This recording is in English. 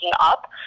up